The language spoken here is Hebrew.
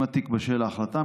אם התיק בשל להחלטה,